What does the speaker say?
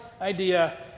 idea